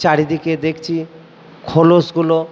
চারিদিকে দেখছি খোলসগুলো